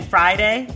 Friday